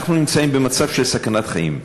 אנחנו נמצאים במצב של סכנת חיים.